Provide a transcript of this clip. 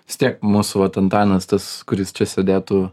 vis tiek mūsų vat antanas tas kuris čia sėdėtų